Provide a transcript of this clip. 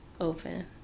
open